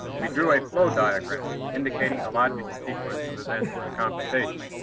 we do a flow diagram indicating the logical sequence of events in the computation.